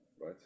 Right